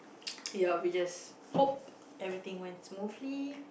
ya we just hope everything went smoothly